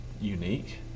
unique